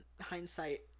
hindsight